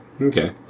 Okay